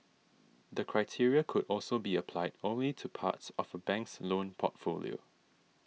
the criteria could also be applied only to parts of a bank's loan portfolio